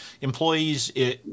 employees